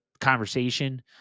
conversation